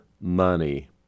money